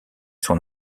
son